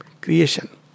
creation